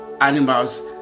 animals